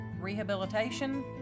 rehabilitation